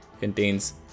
contains